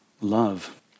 love